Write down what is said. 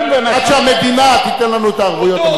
עד שהמדינה תיתן לנו את הערבויות המתאימות.